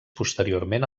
posteriorment